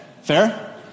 Fair